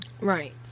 Right